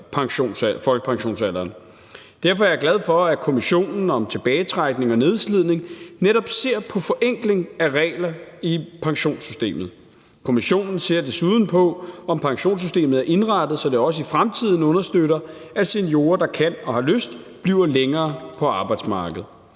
derfor er jeg glad for, at kommissionen om tilbagetrækning og nedslidning netop ser på forenkling af regler i pensionssystemet. Kommissionen ser desuden på, om pensionssystemet er indrettet, så det også i fremtiden understøtter, at seniorer, der kan og har lyst, bliver længere på arbejdsmarkedet.